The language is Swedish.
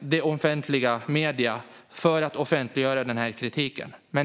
det offentliga, till medierna, för att offentliggöra kritiken.